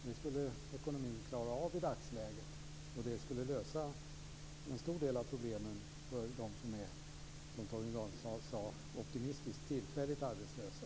Det skulle ekonomin klara av i dagsläget, och det skulle lösa en stor del av problemen för dem som Torgny Danielsson optimistiskt kallade tillfälligt arbetslösa.